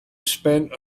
spent